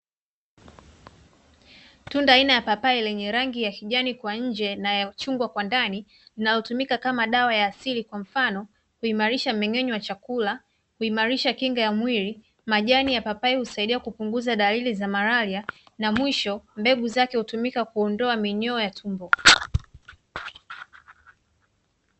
Tunda aina ya papai lenye rangi ya kijani kwa nje na ya uchungwa kwa ndani, inayotumika kama dawa ya asili kwa mfano kuimarisha mmeng'enyo wa chakula, kuimarisha kinga ya mwili, majani ya papai husaidia kupunguza dalili za malaria na mwisho mbegu zake hutumika kuondoa minyoo ya tumbo.